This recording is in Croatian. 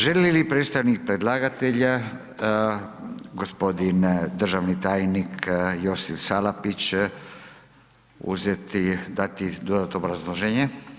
Želi li predstavnik predlagatelja gospodin državni tajnik Josip Salapić uzeti, dati dodatno obrazloženje?